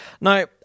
Now